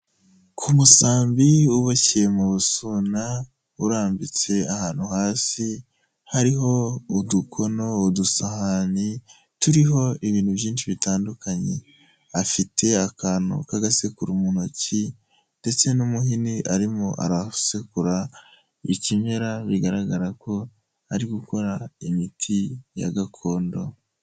Ku musambi uboshye mu busuna, urambitse ahantu hasi, hariho udukono, udusahani, turiho ibintu byinshi bitandukanye, afite akantu k'agasekuro mu ntoki ndetse n'umuhini arimo arasekura ikimera bigaragara ko ari gukora imiti ya gakondo.